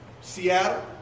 Seattle